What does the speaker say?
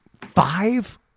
five